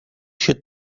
się